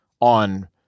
on